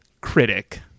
critic